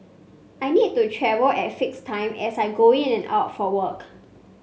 I need to travel at fixed times as I go in and out for work